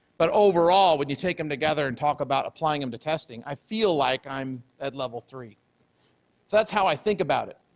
but overall, when you take them together and talk about applying them to testing, i feel like i'm at level three. so that's how i think about it.